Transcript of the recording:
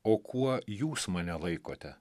o kuo jūs mane laikote